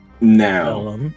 now